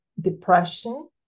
depression